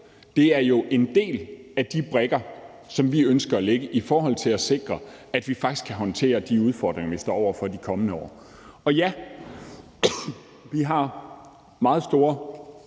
det er jo en del af de brikker, som vi ønsker at lægge i forhold til at sikre, at vi faktisk kan håndtere de udfordringer, vi står over for de kommende år. Og ja, vi har meget store